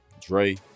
Dre